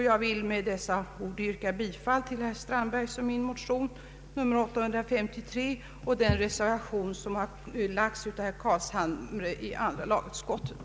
Jag vill med dessa ord, herr talman, yrka bifall till herr Strandbergs och min motion nr 853 samt till den reservation som framställts av herr Carlshamre i andra lagutskottet.